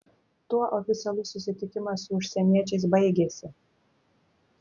tuo oficialus susitikimas su užsieniečiais baigėsi